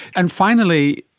and finally,